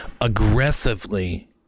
aggressively